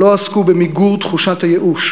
לא עסקו במיגור תחושת הייאוש.